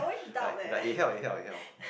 like like it help it help it help